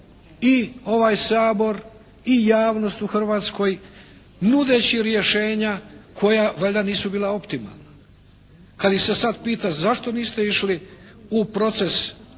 i ovaj Sabor i javnost u Hrvatskoj nudeći rješenja koja valjda nisu bila optimalna. Kad ih se sad pita zašto niste išli u proces